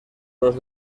los